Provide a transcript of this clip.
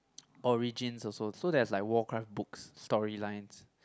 origin also so there's like Warcraft books storylines